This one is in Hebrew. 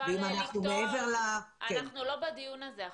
אנחנו לא בדיון הזה עכשיו.